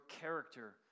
character